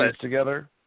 together